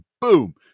boom